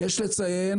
יש לציין